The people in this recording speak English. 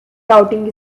routing